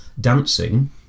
dancing